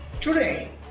Today